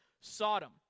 Sodom